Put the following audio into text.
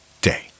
day